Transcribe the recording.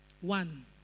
one